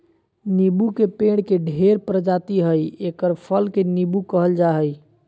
नीबू के पेड़ के ढेर प्रजाति हइ एकर फल के नीबू कहल जा हइ